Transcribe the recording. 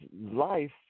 life